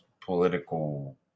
political